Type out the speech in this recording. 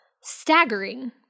staggering